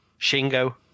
Shingo